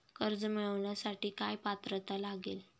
कर्ज मिळवण्यासाठी काय पात्रता लागेल?